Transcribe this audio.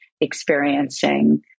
experiencing